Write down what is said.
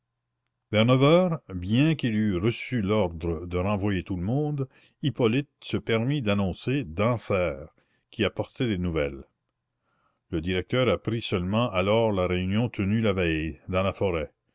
vers neuf heures bien qu'il eût reçu l'ordre de renvoyer tout le monde hippolyte se permit d'annoncer dansaert qui apportait des nouvelles le directeur apprit seulement alors la réunion tenue la veille dans la forêt